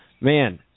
Man